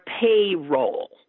payroll